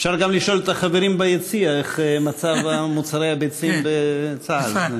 אפשר לשאול גם את החברים ביציע איך מצב מוצרי הביצים בצה"ל.